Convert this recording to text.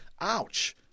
Ouch